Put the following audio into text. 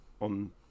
on